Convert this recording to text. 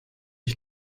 ich